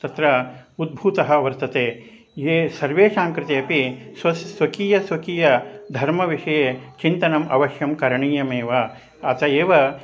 तत्र उद्भूतः वर्तते ये सर्वेषां कृते अपि स्वस्य स्वकीयं स्वकीयधर्मविषये चिन्तनम् अवश्यं करणीयमेव अतः एव